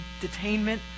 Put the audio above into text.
detainment